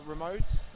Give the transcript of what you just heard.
remotes